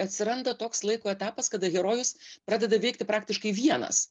atsiranda toks laiko etapas kada herojus pradeda veikti praktiškai vienas